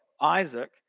Isaac